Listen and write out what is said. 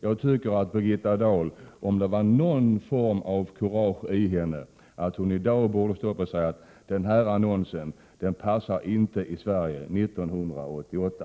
Jag tycker att Birgitta Dahl, om hon har något kurage, borde säga ifrån att en sådan annonskampanj inte passar i Sverige 1988.